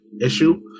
issue